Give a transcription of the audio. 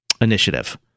initiative